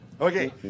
Okay